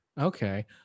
Okay